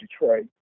Detroit